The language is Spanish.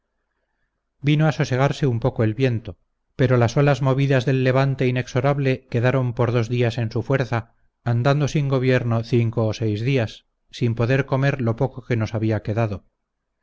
vino a sosegarse un poco el viento pero las olas movidas del levante inexorable quedaron por dos días en su fuerza andando sin gobierno cinco o seis días sin poder comer lo poco que nos había quedado